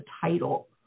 title